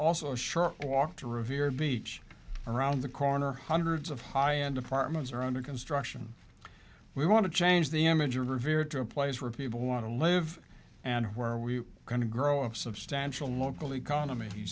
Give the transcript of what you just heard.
also a short walk to revere beach around the corner hundreds of high end apartments are under construction we want to change the image of rivera to a place where people want to live and where are we going to grow a substantial local economy he